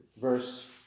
verse